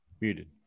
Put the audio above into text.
Muted